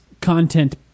content